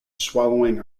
swallowing